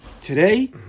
today